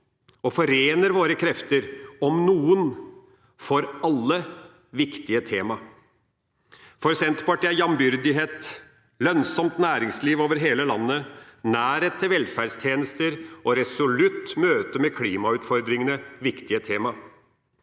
og forener våre krefter om noen tema som er viktige for alle. For Senterpartiet er jambyrdighet, lønnsomt næringsliv over hele landet, nærhet til velferdstjenester og resolutt møte med klimautfordringene viktige tema.